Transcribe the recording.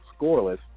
scoreless